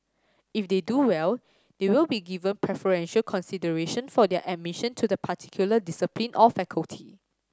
if they do well they will be given preferential consideration for their admission to the particular discipline or faculty